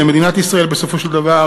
למדינת ישראל בסופו של דבר,